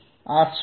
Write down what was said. આ શું છે